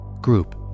Group